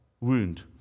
wound